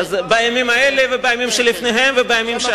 בימים האלה, ובימים שלפניהם ובימים שאחריהם.